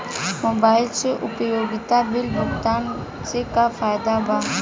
Mobile से उपयोगिता bill भुगतान से का फायदा बा?